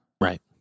Right